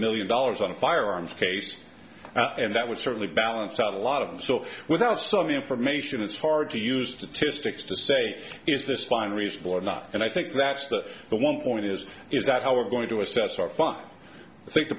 million dollars on a firearms case and that would certainly balance out a lot of so without some of the information it's hard to used to stick to say is this fine reasonable or not and i think that's the one point is is that how we're going to assess our fund i think the